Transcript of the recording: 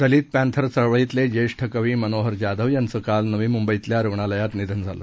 दलित Panther चळवळीतील ज्येष्ठ कवी मनोहर जाधव यांचं काल नवी मुंबईतल्या रुग्णालयात निधन झालं